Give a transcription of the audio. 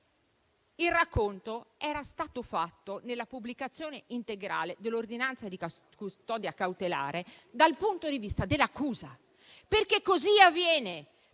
Il racconto era stato fatto nella pubblicazione integrale dell'ordinanza di custodia cautelare dal punto di vista dell'accusa. È così che avviene,